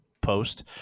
post